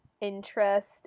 interest